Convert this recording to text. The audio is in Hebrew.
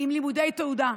שאלה לימודי תעודה.